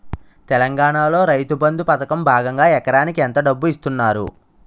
తెలంగాణలో రైతుబంధు పథకం భాగంగా ఎకరానికి ఎంత డబ్బు ఇస్తున్నారు?